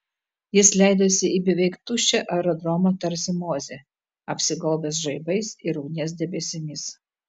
jis leidosi į beveik tuščią aerodromą tarsi mozė apsigaubęs žaibais ir ugnies debesimis